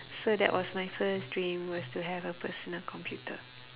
so that was my first dream was to have a personal computer